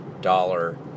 dollar